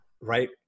right